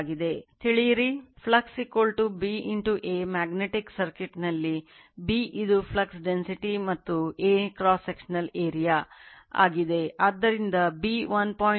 ತಿಳಿಯಿರಿ flux B A magnetic ಸರ್ಕ್ಯೂಟ್ನಲ್ಲಿ B ಇದು flux density ಕ್ಕೆ m 1